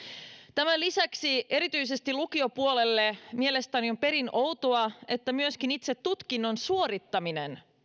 tämän lisäksi erityisesti lukiopuolella mielestäni on perin outoa että myöskin itse tutkinnon suorittaminen